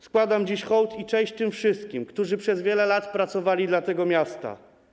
Składam dziś hołd i cześć tym wszystkim, którzy przez wiele lat pracowali dla tego miasta.